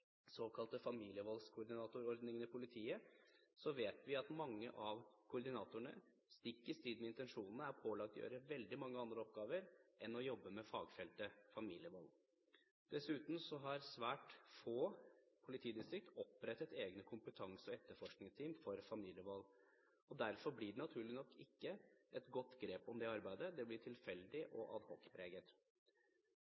såkalte familievoldskoordinatorordningen i politiet, vet vi at mange av koordinatorene – stikk i strid med intensjonene – er pålagt å gjøre veldig mange andre oppgaver enn å jobbe med fagfeltet familievold. Dessuten har svært få politidistrikter opprettet egne kompetanse- og etterforskingsteam for familievold. Derfor blir det naturlig nok ikke et godt grep om det arbeidet, det blir tilfeldig